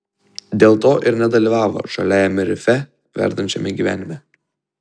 dėl to ir nedalyvavo žaliajame rife verdančiame gyvenime